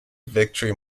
victory